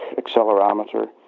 accelerometer